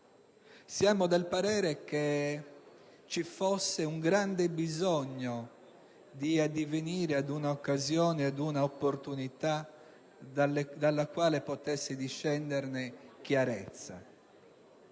siamo del parere che vi fosse un grande bisogno di addivenire ad un'occasione, ad una opportunità dalla quale potesse discendere chiarezza,